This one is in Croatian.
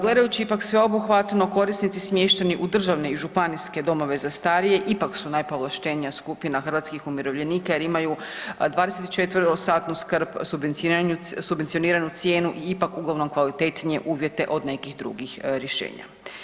Gledajući ipak sveobuhvatno, korisnici smješteni u državne i županijske domove za starije ipak su najpovlaštenija skupina hrvatskih umirovljenika jer imaju 24-satnu skrb, subvencioniranu cijenu i ipak uglavnom kvalitetnije uvjete od nekih drugih rješenja.